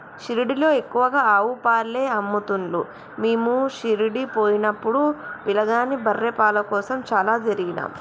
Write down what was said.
షిరిడీలో ఎక్కువగా ఆవు పాలే అమ్ముతున్లు మీము షిరిడీ పోయినపుడు పిలగాని బర్రె పాల కోసం చాల తిరిగినం